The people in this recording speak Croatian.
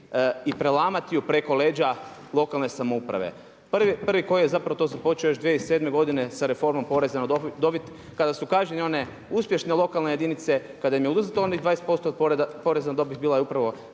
i prelamati ju preko leđa lokalne samouprave. Prvi koji je to započeo još 2007. godine sa reformom poreza na dobit kada su kažnjene one uspješne lokalne jedinice, kada im je uzeto onih 20% poreza na dobit bila je upravo